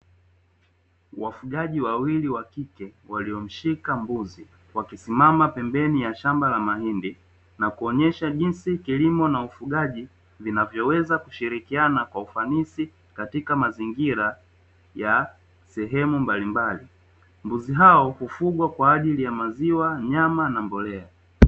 Wafugaji wawili wa kike waliomshika mbuzi, wakisimama pembeni ya shamba la mahindi na kuonyesha jinsi kilimo na ufugaji vinavyoweza kushirikiana kwa ufanisi katika mazingira ya sehemu mbalimbali, mbuzi hao kufungwa kwa ajili ya maziwa, nyama na mbolea.